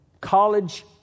college